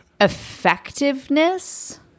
Effectiveness